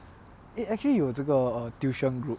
eh actually 有这个 err tuition group